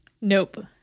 nope